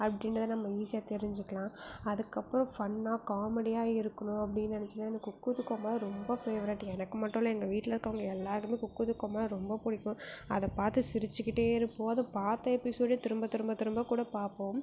அப்படின்றத நம்ம ஈசியாக தெரிஞ்சுக்கலாம் அதுக்கப்புறம் ஃபன்னாக காமெடியாக இருக்கணும் அப்படின்னு நினச்சிங்கன்னா இந்த குக்கு வித்து கோமாளி ரொம்ப ஃபேவரட் எனக்கு மட்டும் இல்லை எங்கள் வீட்டில் இருக்கிறவங்க எல்லோருக்குமே குக்கு வித்து கோமாளி ரொம்ப பிடிக்கும் அதை பார்த்து சிரித்துக்கிட்டே இருப்போம் அதை பார்த்த எபிசோடே திரும்ப திரும்ப திரும்ப கூட பார்ப்போம்